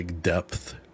depth